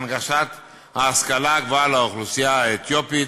בהנגשת ההשכלה הגבוהה לאוכלוסייה האתיופית.